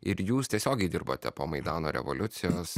ir jūs tiesiogiai dirbote po maidano revoliucijos